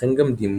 ייתכן גם דימום